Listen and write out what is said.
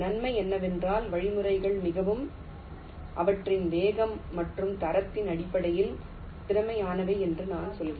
நன்மை என்னவென்றால் வழிமுறைகள் மிகவும் அவற்றின் வேகம் மற்றும் தரத்தின் அடிப்படையில் திறமையானவை என்று நான் சொல்கிறேன்